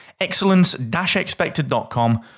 Excellence-expected.com